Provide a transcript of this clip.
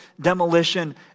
demolition